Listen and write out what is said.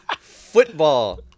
football